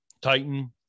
titan